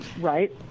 Right